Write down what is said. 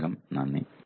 വളരെയധികം നന്ദി